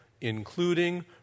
including